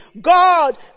God